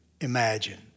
imagine